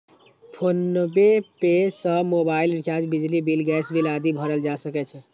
PhonePe सं mobile recharge, बिजली bill, gas bill आदि भरल जा सकै छै